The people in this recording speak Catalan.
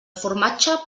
formatge